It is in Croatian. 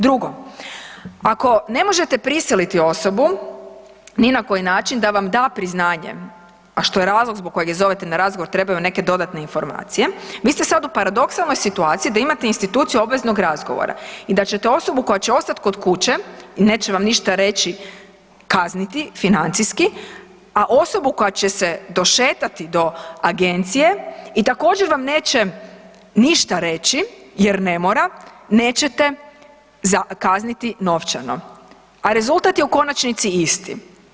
Drugo, ako ne možete prisiliti osobu ni na koji način da vam da priznanje, a što je razlog zbog kojeg ju zovete na razgovor, trebaju vam neke dodatne informacije, vi ste sada u paradoksalnoj situaciji da imate instituciju obveznog razgovara i da ćete osobu koja će ostati kod kuće i neće vam ništa reći kazniti financijski, a osobu koja će se došetati do agencije i također vam neće ništa reći jer ne mora nećete kazniti novčano, a rezultat je u konačnici isti.